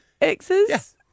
exes